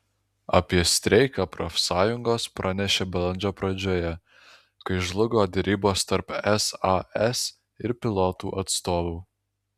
apie streiką profsąjungos pranešė balandžio pradžioje kai žlugo derybos tarp sas ir pilotų atstovų